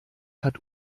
hat